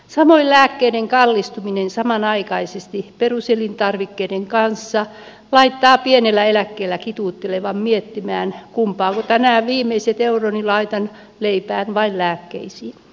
samoin lääkkeiden kallistuminen samanaikaisesti peruselintarvikkeiden kanssa laittaa pienellä eläkkeellä kituuttelevan miettimään kumpaanko tänään viimeiset euroni laitan leipään vai lääkkeisiin